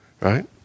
right